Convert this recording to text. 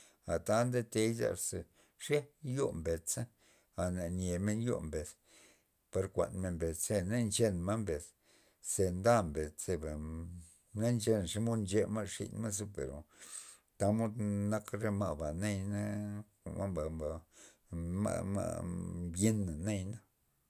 A ta ndetey zarza xej yo mbed za a na nyemen yo mbed par kuan men mbed ze na nchen ma' mbed ze nda mbed zeba nchan xomod ncha ma' xin ma'za pero tamod nak re ma'ba nayana jwa'na ma'-ma' mbina nayana.